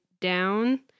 down